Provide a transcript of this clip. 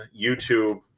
YouTube